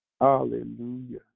Hallelujah